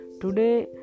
Today